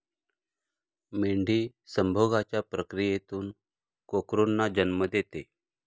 मेंढी संभोगाच्या प्रक्रियेतून कोकरूंना जन्म देते